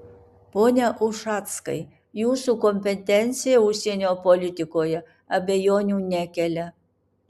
pone ušackai jūsų kompetencija užsienio politikoje abejonių nekelia